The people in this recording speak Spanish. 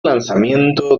lanzamiento